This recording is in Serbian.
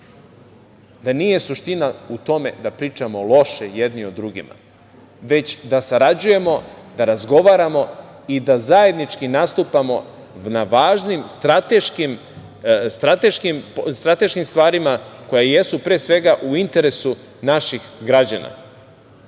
da nije suština u tome da pričamo loše jedni o drugima, već da sarađujemo, da razgovaramo i da zajednički nastupamo na važnim strateškim stvarima, koje jesu, pre svega, u interesu naših građana. Tačno